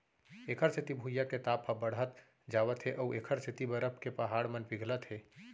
एखर सेती भुइयाँ के ताप ह बड़हत जावत हे अउ एखर सेती बरफ के पहाड़ मन पिघलत हे